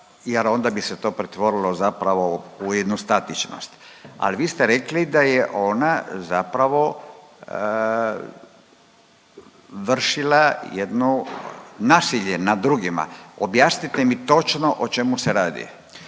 jer onda bi se to pretvorilo zapravo u jednostaničanost. Al vi ste rekli da je ona zapravo vršila jedno nasilje nad drugima. Objasnite mi točno o čemu se radi?